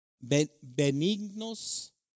Benignos